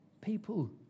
People